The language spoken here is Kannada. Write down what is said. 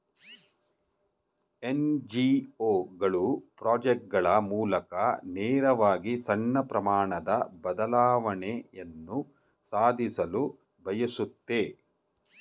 ಎನ್.ಜಿ.ಒ ಗಳು ಪ್ರಾಜೆಕ್ಟ್ ಗಳ ಮೂಲಕ ನೇರವಾಗಿ ಸಣ್ಣ ಪ್ರಮಾಣದ ಬದಲಾವಣೆಯನ್ನು ಸಾಧಿಸಲು ಬಯಸುತ್ತೆ